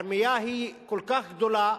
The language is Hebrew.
הרמייה היא כל כך גדולה,